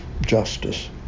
justice